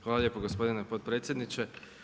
Hvala lijepo gospodine potpredsjedniče.